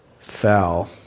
fell